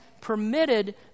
permitted